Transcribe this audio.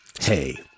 hey